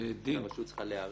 שהרשות צריכה להיערך?